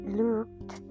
looked